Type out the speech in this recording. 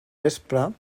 vespre